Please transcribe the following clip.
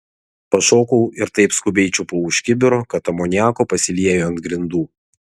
pašokau ir taip skubiai čiupau už kibiro kad amoniako pasiliejo ant grindų